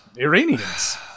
Iranians